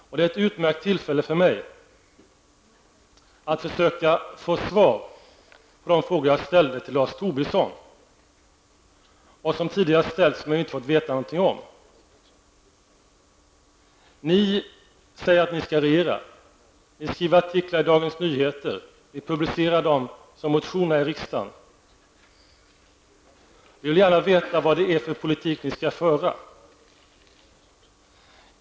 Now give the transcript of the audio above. Jag har nu ett utmärkt tillfälle att försöka få svar på de frågor som jag ställde till Lars Tobisson och som tidigare har ställts utan att något besked givits. Ni säger att ni skall regera. Ni skriver artiklar i Dagens Nyheter. Ni publicerar dem som motioner här i riksdagen. Men jag vill gärna veta vad det är för politik ni skall föra.